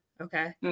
okay